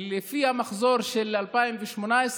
לפי המחזור של 2018,